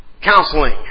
counseling